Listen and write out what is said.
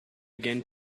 again